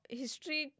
history